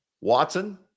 Watson